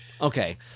okay